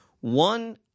One